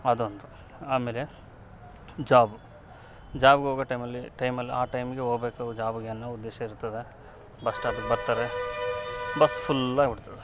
ಅದೊಂದು ಆಮೇಲೆ ಜಾಬು ಜಾಬ್ಗೆ ಹೋಗೊ ಟೈಮಲ್ಲಿ ಟೈಮಲ್ಲಿ ಆ ಟೈಮ್ಗೆ ಹೋಗ್ಬೇಕು ಜಾಬ್ಗೆ ಅನ್ನೋ ಉದ್ದೇಶ ಇರ್ತದೆ ಬಸ್ಸ್ ಸ್ಟಾಪಿಗೆ ಬರ್ತಾರೆ ಬಸ್ಸ್ ಫುಲ್ ಆಗ್ಬಿಡ್ತದೆ